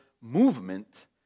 movement